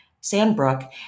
Sandbrook